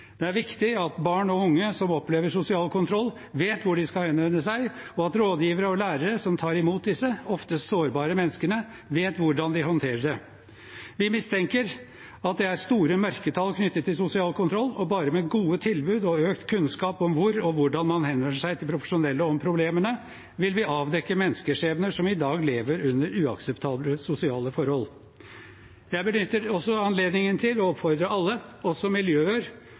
Det er viktig at barn og unge som opplever sosial kontroll, vet hvor de skal henvende seg, og at rådgivere og lærere som tar imot disse ofte sårbare menneskene, vet hvordan de skal håndtere det. Vi mistenker at det er store mørketall knyttet til sosial kontroll, og bare med gode tilbud og økt kunnskap om hvor og hvordan man henvender seg til profesjonelle om problemene, vil vi avdekke menneskeskjebner der man i dag lever under uakseptable sosiale forhold. Jeg benytter også anledningen til å oppfordre alle, også